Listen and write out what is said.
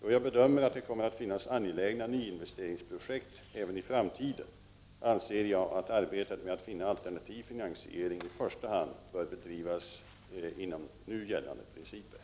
Då jag bedömer att det kommer att finnas angelägna nyinvesteringsprojekt även i framtiden, anser jag att arbetet med att finna alternativ finånsiering i första hand bör drivas vidare enligt nu gällande principer.